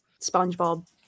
SpongeBob